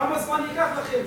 כמה זמן ייקח לכם?